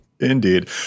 Indeed